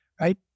right